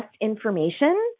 information